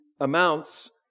amounts